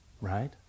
Right